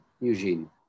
Eugene